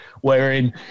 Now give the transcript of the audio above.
wherein